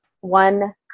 one